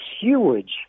huge